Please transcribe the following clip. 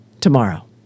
tomorrow